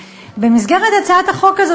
ובמסגרת הצעת החוק הזאת,